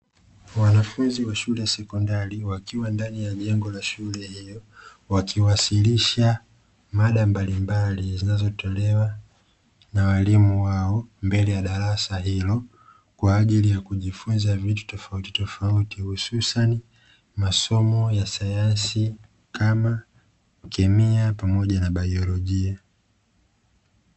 Wanafunzi wa shule ya sekondari wakiwa ndani ya jengo la shule hiyo, wakiwasilisha mada mbalimbali zinazotolewa na walimu wao mbele ya darasa hilo, kwa ajili ya kujifunza vitu tofautitofauti, hususani masomo ya sayansi kama kemia pamoja na baiolojia.